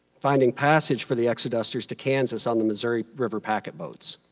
finding passage for the exodusters to kansas on the missouri river packet boats.